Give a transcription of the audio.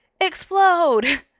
explode